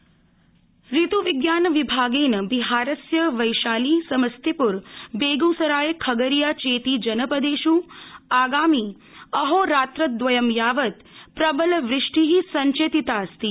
बिहार ऋतुविज्ञानविभागेन बिहारस्य वैशाली समस्तीप्र बेग्सराय खगरीया चेति जनपदेष् आगामि अहोरात्रद्वयं यावत् प्रबल वृष्टि संचेतिताऽस्ति